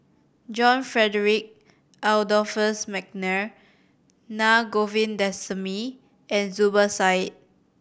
John Frederick Adolphus McNair Na Govindasamy and Zubir Said